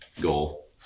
goal